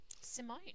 Simone